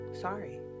sorry